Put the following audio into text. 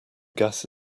gas